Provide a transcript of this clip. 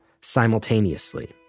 simultaneously